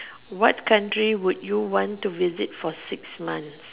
what country would you want to visit for six months